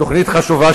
תוכנית חשובה,